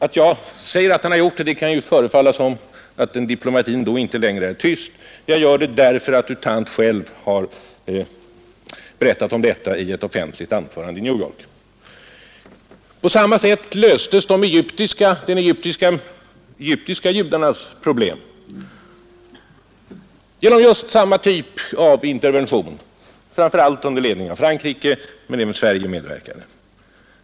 Att jag nämner detta kan kanske uppfattas som om den diplomatin inte längre är tyst, men jag gör det därför att U Thant själv har berättat om detta i ett offentligt anförande i New York. Även de egyptiska judarnas problem löstes genom samma typ av intervention, framför allt under ledning av Frankrike men även Sverige medverkade.